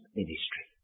ministry